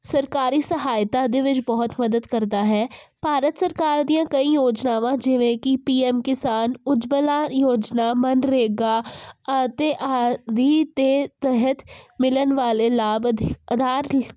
ਸਰਕਾਰੀ ਸਹਾਇਤਾ ਦੇ ਵਿੱਚ ਬਹੁਤ ਮਦਦ ਕਰਦਾ ਹੈ ਭਾਰਤ ਸਰਕਾਰ ਦੀਆਂ ਕਈ ਯੋਜਨਾਵਾਂ ਜਿਵੇਂ ਕਿ ਪੀ ਐਮ ਕਿਸਾਨ ਉਜਵਲਾ ਯੋਜਨਾ ਮਨਰੇਗਾ ਅਤੇ ਆਦਿ 'ਤੇ ਤਹਿਤ ਮਿਲਣ ਵਾਲੇ ਲਾਭ ਅਧ ਅਧਾਰਿਤ